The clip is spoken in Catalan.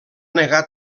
negar